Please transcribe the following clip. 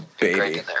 baby